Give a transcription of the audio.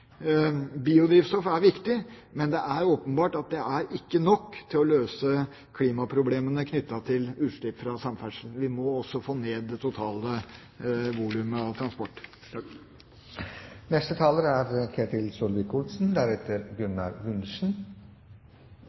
Biodrivstoff er viktig, men det er åpenbart at det er ikke nok til å løse klimaproblemene knyttet til utslippene fra samferdsel. Vi må også få ned det totale volumet av transport.